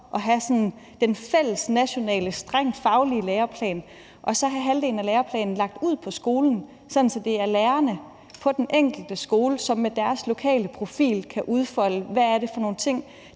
og have den sådan fælles nationale strengt faglige læreplan og så have den anden halvdel af læreplanen lagt ud på skolen, sådan at det er lærerne på den enkelte skole, der med deres lokale profil kan udfolde, hvad det er for nogle ting,